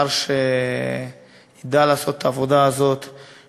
שר שידע לעשות את העבודה הזאת,